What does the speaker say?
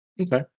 Okay